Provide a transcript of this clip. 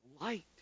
Light